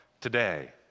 today